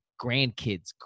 grandkids